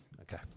Okay